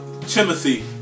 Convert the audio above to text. Timothy